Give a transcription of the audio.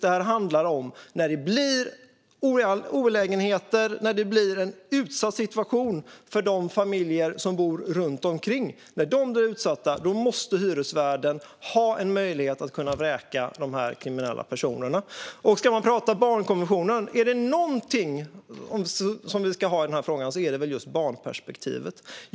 Det handlar om när det blir olägenheter och när det blir en utsatt situation för de familjer som bor runt omkring. När de blir utsatta måste hyresvärden ha en möjlighet att vräka de kriminella personerna. Man kan prata om barnkonventionen. Är det något vi ska ha i denna fråga är det väl just barnperspektivet.